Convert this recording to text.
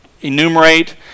enumerate